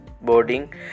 boarding